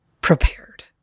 prepared